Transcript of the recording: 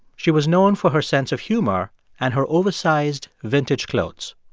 she was known for her sense of humor and her oversized vintage clothes.